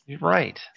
Right